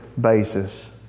basis